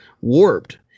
warped